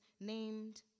named